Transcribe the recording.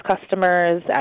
customers